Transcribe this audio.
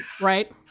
right